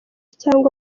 cyangwa